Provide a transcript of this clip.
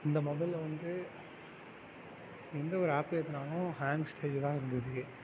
இந்த மொபைலை வந்து எந்த ஒரு ஆப் ஏற்றினாலும் கேங் ஸ்டேஜிஜில் தான் இருந்தது